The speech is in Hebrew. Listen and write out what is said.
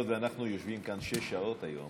והיות שאנחנו יושבים כאן שש שעות היום,